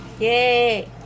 Yay